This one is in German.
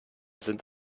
sind